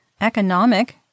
...economic